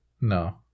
no